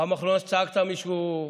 פעם אחרונה שצעקת, מישהו,